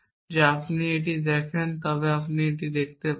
যা আপনি যদি এটি দেখেন এবং যদি আপনি এটি দেখতে পান